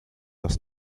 das